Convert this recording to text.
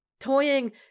toying